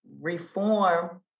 reform